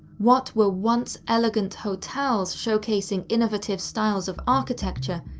what were once elegant hotels showcasing innovative styles of architecture,